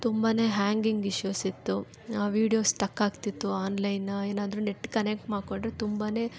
ತುಂಬನೇ hanging issues ಇತ್ತು videos stuck ಆಗ್ತಿತ್ತು ಆನ್ಲೈನ್ ಏನಾದರೂ ನೆಟ್ ಕನೆಕ್ಟ್ ಮಾಡಿಕೊಂಡ್ರೆ ತುಂಬನೇ